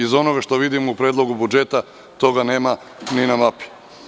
Iz onoga što vidimo u Predlogu budžeta, toga nema ni na mapi.